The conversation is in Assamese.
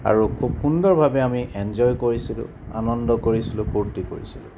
আৰু খুব সুন্দৰভাৱে আমি এঞ্জয় কৰিছিলোঁ আনন্দ কৰিছিলোঁ ফূৰ্তি কৰিছিলোঁ